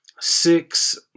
six